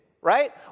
right